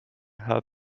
her